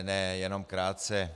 Ne, jenom krátce.